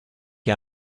che